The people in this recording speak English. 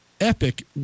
epic